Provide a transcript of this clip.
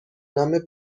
نام